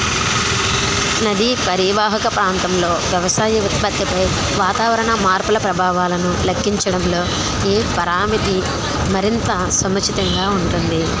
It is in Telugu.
నదీ పరీవాహక ప్రాంతంలో వ్యవసాయ ఉత్పత్తిపై వాతావరణ మార్పుల ప్రభావాలను లెక్కించడంలో ఏ పరామితి మరింత సముచితంగా ఉంటుంది?